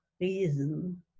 reason